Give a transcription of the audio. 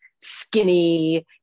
skinny